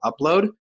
Upload